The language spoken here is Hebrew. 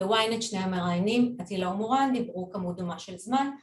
‫ב ynet, שני המראיינים, ‫אטילה ומורן, דיברו כמות דומה של זמן.